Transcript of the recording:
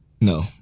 No